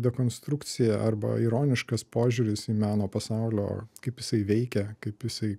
dekonstrukcija arba ironiškas požiūris į meno pasaulio kaip jisai veikia kaip jisai